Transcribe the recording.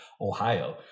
Ohio